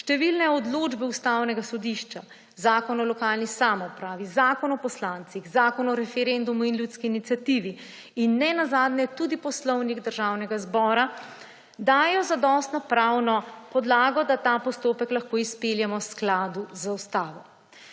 številne odločbe Ustavnega sodišča, Zakon o lokalni samoupravi, Zakon o poslancih, Zakon o referendumu in o ljudski iniciativi in nenazadnje tudi Poslovnik Državnega zbora dajejo zadostno pravno podlago, da ta postopek lahko izpeljemo v skladu z Ustavo.